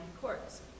courts